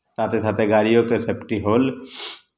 साथे साथे गाड़ियोके सेफ्टी होल